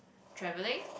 travelling